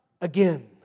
again